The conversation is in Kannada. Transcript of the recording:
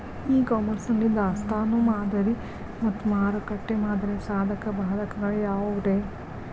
ಇ ಕಾಮರ್ಸ್ ನಲ್ಲಿ ದಾಸ್ತಾನು ಮಾದರಿ ಮತ್ತ ಮಾರುಕಟ್ಟೆ ಮಾದರಿಯ ಸಾಧಕ ಬಾಧಕಗಳ ಯಾವವುರೇ?